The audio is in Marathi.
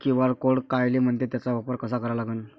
क्यू.आर कोड कायले म्हनते, त्याचा वापर कसा करा लागन?